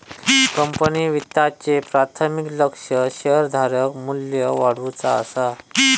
company वित्ताचे प्राथमिक लक्ष्य शेअरधारक मू्ल्य वाढवुचा असा